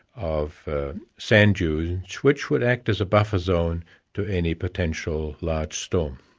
of sand dunes, which which would act as a buffer zone to any potential large storm.